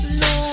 no